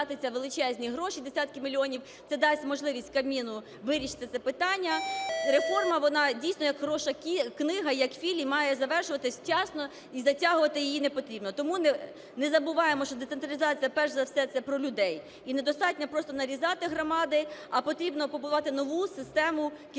свої роль, тратяться величезні гроші – десятки мільйонів, це дасть можливість Кабміну вирішити це питання. Реформа, вона, дійсно, як хороша книга і як фільм має завершуватися вчасно і затягувати її не потрібно. Тому не забуваємо, що децентралізація – перш за все це про людей, і недостатньо просто нарізати громади, а потрібно побудувати нову систему керівництва